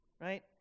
right